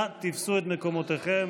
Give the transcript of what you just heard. נא תפסו את מקומותיכם,